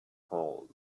cold